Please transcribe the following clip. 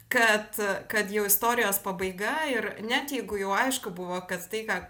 kad kad jau istorijos pabaiga ir net jeigu jau aišku buvo kad taiką